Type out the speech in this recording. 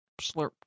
slurp